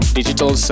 Digital